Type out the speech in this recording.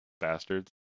bastards